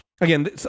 again